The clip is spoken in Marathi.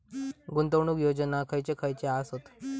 गुंतवणूक योजना खयचे खयचे आसत?